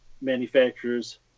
manufacturers